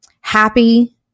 happy